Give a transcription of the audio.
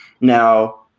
Now